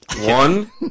One